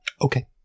Okay